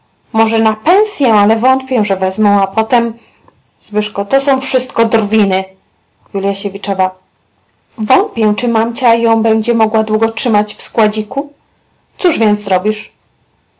wątpię czy wezmą a potem to są wszystko drwiny wątpię czy mamcia ją będzie mogła długo trzymać w składziku cóż więc zrobisz